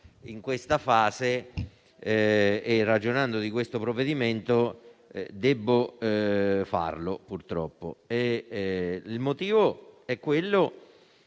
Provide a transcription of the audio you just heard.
in questa fase e ragionando di questo provvedimento, debbo farlo, purtroppo. Il motivo è che